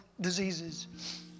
diseases